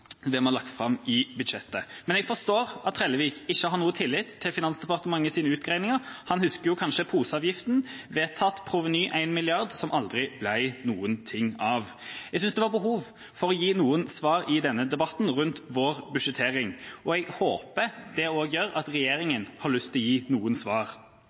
i budsjettet vårt. Men jeg forstår at Trellevik ikke har noe tillit til Finansdepartementets utregninger. Han husker kanskje poseavgiften, vedtatt proveny 1 mrd. kr, som aldri ble noe av. Jeg synes det er behov for å gi noen svar i denne debatten rundt vår budsjettering, og jeg håper det også gjør at regjeringa har lyst til å gi noen svar